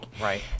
right